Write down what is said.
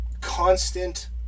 constant